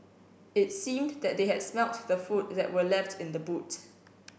it seemed that they had smelt the food that were left in the boot